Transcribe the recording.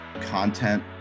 content